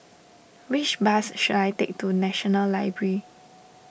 which bus should I take to National Library